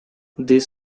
this